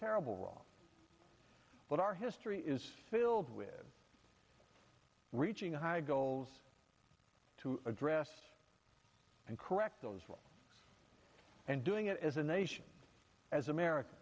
terrible wrong but our history is filled with reaching high goals to address and correct those and doing it as a nation as america